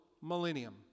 millennium